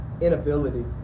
inability